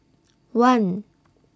one